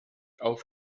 auf